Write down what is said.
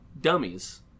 Dummies